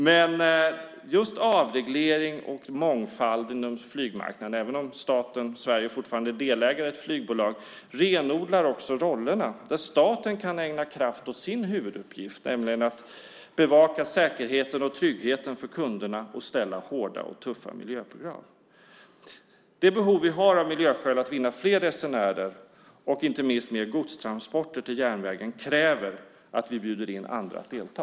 Men just avreglering och mångfald inom flygmarknaden, även om staten och Sverige fortfarande är delägare i ett flygbolag, renodlar också rollerna där staten kan ägna kraft åt sin huvuduppgift, nämligen att bevaka säkerheten och tryggheten för kunderna och ställa hårda och tuffa miljökrav. Det behov som vi av miljöskäl har att vinna fler resenärer, och inte minst mer godstransporter, till järnvägen kräver att vi bjuder in andra att delta.